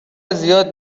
زیاد